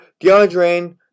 DeAndre